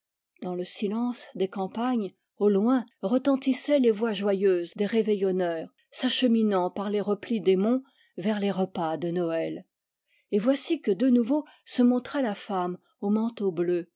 dans le silence des campagnes au loin retentissaient les voix joyeuses des réveillon neurs s'acheminant par les replis des monts vers les repas de noël et voici que de nouveau se montra la femme au manteau bleu